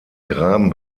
graben